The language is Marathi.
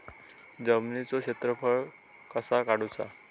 जमिनीचो क्षेत्रफळ कसा काढुचा?